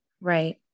Right